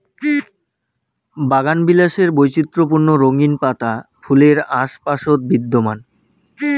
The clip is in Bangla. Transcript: বাগানবিলাসের বৈচিত্র্যপূর্ণ রঙিন পাতা ফুলের আশপাশত বিদ্যমান